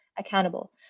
accountable